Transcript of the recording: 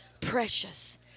precious